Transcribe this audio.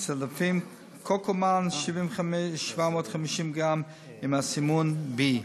ו"צדפים קוקומן", 750 גרם, עם הסימון "B".